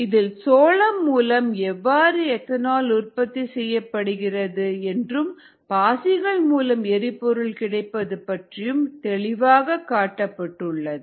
இதில் சோளம் மூலம் எவ்வாறு எத்தனால் உற்பத்தி செய்யப்படுகிறது என்றும் பாசிகள் மூலம் எரிபொருள் கிடைப்பது பற்றியும் தெளிவாக காட்டப்பட்டுள்ளது